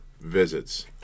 visits